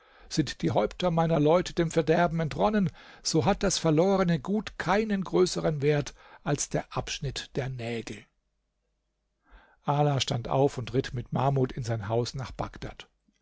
sind die häupter meiner leute dem verderben entronnen so hat das verlorene gut keinen größeren wert als der abschnitt der nägel ala stand auf und ritt mit mahmud in sein haus nach bagdad